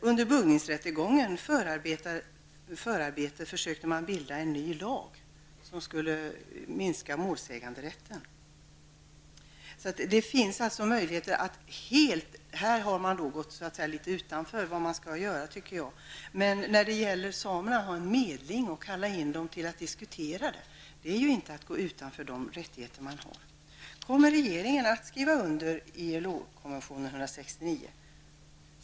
Under buggningsrättegångens förarbete försökte man stifta en ny lag som skulle minska målsäganderätten. I dessa fall har man enligt min mening gått litet längre än vad man egentligen borde. Men att i fråga om samerna ha en medling och kalla in dem till diskussioner är ju inte att gå utanför de rättigheter man har. Kommer regeringen att skriva under ILO konvention 169?